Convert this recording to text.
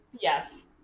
yes